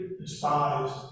despised